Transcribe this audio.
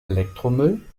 elektromüll